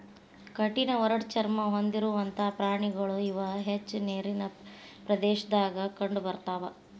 ಕಠಿಣ ಒರಟ ಚರ್ಮಾ ಹೊಂದಿರುವಂತಾ ಪ್ರಾಣಿಗಳು ಇವ ಹೆಚ್ಚ ನೇರಿನ ಪ್ರದೇಶದಾಗ ಕಂಡಬರತಾವ